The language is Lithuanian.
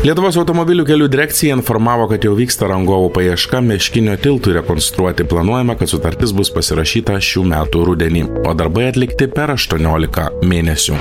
lietuvos automobilių kelių direkcija informavo kad jau vyksta rangovų paieška meškinio tiltu rekonstruoti planuojama kad sutartis bus pasirašyta šių metų rudenį o darbai atlikti per aštuoniolika mėnesių